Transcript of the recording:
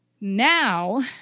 Now